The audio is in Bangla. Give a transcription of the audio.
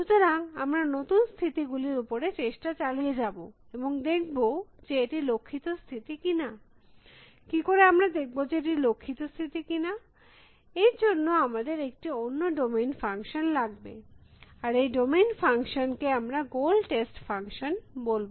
সুতরাং আমরা নতুন স্থিতি গুলির উপর চেষ্টা চালিয়ে যাব এবং দেখব যে এটি লক্ষিত স্থিতি কী না কী করে আমরা দেখব যে এটি লক্ষিত স্থিতি কী না এর জন্য আমাদের একটি অন্য ডোমেইন ফাংশন লাগবে আর এই ডোমেইন ফাংশন কে আমরা লক্ষিত টেস্ট ফাংশন বলব